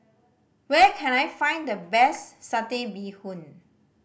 where can I find the best Satay Bee Hoon